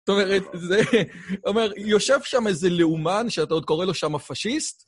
אתה אומר, יושב שם איזה לאומן שאתה עוד קורא לו שמה פשיסט